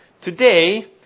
Today